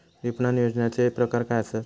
विपणन नियोजनाचे प्रकार काय आसत?